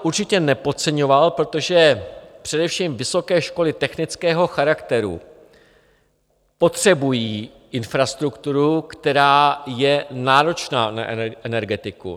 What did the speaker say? Určitě bych to nepodceňoval, protože především vysoké školy technického charakteru potřebují infrastrukturu, která je náročná na energetiku.